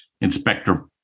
Inspector